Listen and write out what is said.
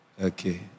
Okay